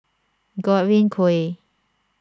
Godwin Koay